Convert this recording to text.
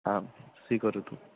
आं स्वीकरोतु